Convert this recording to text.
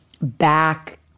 back